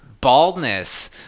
baldness